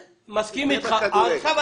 אני מסכים אתך על ההרגשה,